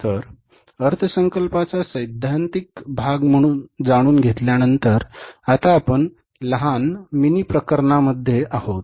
तर अर्थसंकल्पाचा सैद्धांतिक भाग जाणून घेतल्यानंतर आता आपण लहान मिनी प्रकरणांमध्ये आहोत